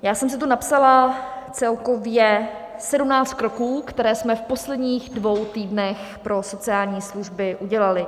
Já jsem si tu napsala celkově 17 kroků, které jsme v posledních dvou týdnech pro sociální služby udělali.